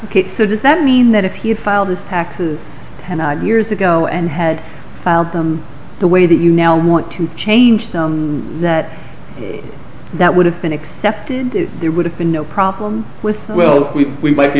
a does that mean that if he had filed his taxes ten years ago and had filed them the way that you now want to change that that would have been accepted there would have been no problem with well we might be